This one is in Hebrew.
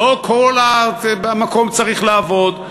לא כל המקום צריך לעבוד,